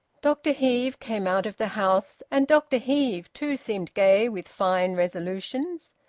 dr heve came out of the house, and dr heve too seemed gay with fine resolutions.